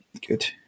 Good